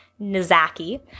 Nizaki